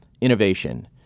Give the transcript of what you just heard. innovation